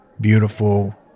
beautiful